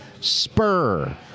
Spur